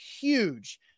huge